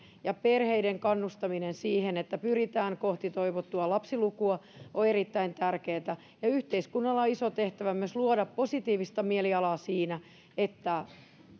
ja perheiden kannustaminen siihen että pyritään kohti toivottua lapsilukua on erittäin tärkeätä ja yhteiskunnalla on iso tehtävä myös luoda positiivista mielialaa siinä että